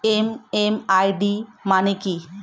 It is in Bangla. এম.এম.আই.ডি মানে কি?